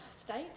states